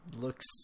looks